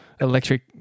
electric